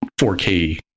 4k